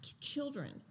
children